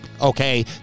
Okay